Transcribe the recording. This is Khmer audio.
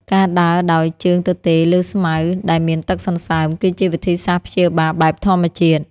ការដើរដោយជើងទទេលើស្មៅដែលមានទឹកសន្សើម គឺជាវិធីសាស្ត្រព្យាបាលបែបធម្មជាតិ។